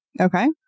Okay